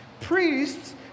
Priests